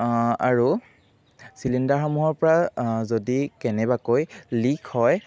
আৰু চিলিণ্ডাৰসমূহৰপৰা যদি কেনেবাকৈ লিক হয়